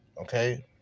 okay